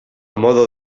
modo